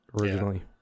originally